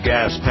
Gas